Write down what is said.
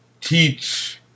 teach